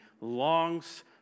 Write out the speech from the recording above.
longs